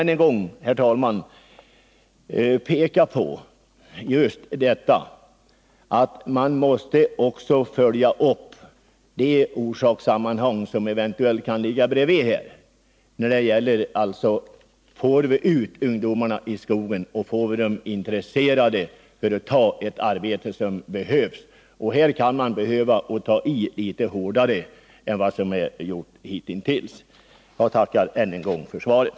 Än en gång, herr talman, vill jag peka på att man också måste följa upp det orsakssammanhang som här eventuellt kan ligga vid sidan om när det gäller frågan hur vi skall få ut ungdomarna i skogen och hur vi skall få dem att ta det arbete som behöver utföras. Här kan det vara nödvändigt att ta i litet hårdare än hittills. Jag tackar ännu en gång för svaret.